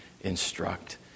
instruct